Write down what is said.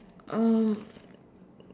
um